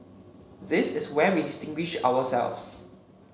this is where we distinguish ourselves